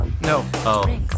No